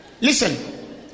Listen